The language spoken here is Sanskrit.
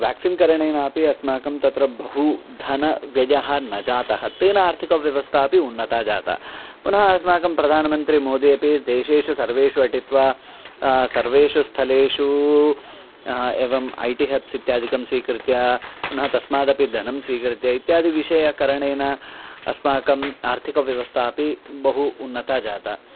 व्याक्सिन् करणेनापि अस्माकं तत्र बहु धनव्ययः न जातः तेन आर्थिकव्यवस्था अपि उन्नता जाता पुनः अस्माकं प्रधानमन्त्री मोदिः अपि देशेषु सर्वेषु अटित्वा सर्वेषु स्थलेषु एवम् ऐटी हेप्स् इत्यादिकं स्वीकृत्य न तस्मादपि धनं स्वीकृत्य इत्यादि विषयकरणेन अस्माकम् आर्थिकव्यवस्था अपि बहु उन्नता जाता